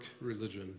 religion